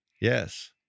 yes